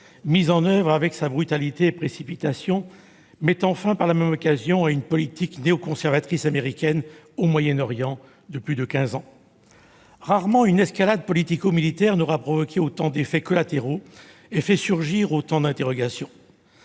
à sa façon, avec brutalité et précipitation, mettant fin, par la même occasion, à une politique néoconservatrice américaine de plus de quinze ans au Moyen-Orient. Rarement une escalade politico-militaire aura provoqué autant d'effets collatéraux et fait surgir autant d'interrogations.